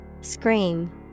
Scream